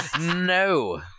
No